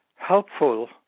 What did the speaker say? helpful